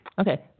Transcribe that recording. Okay